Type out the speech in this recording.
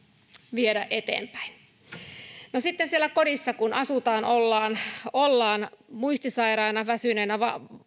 viedä eteenpäin no sitten kun siellä kodissa asutaan ollaan ollaan muistisairaina väsyneinä